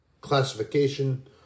classification